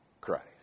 Christ